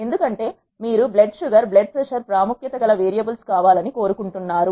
ఎందుకంటే మీరు blood sugar మరియు బ్లడ్ ప్రషర్ ప్రాముఖ్యత గల వేరియబుల్స్ కావాలని కోరుకుంటున్నారు